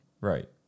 Right